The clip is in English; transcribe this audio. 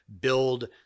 build